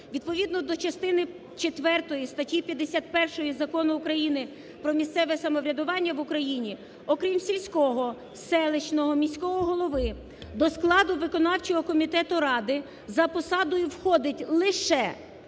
Відповідно до частини четвертої статті 51 Закону України "Про місцеве самоврядування в Україні", окрім сільського, селищного, міського голови, до складу виконавчого комітету ради за посадою входить лише